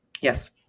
Yes